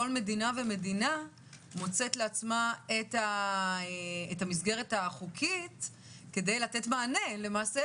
כל מדינה ומדינה מוצאת לעצמה את המסגרת החוקית כדי לתת מענה דומה למענה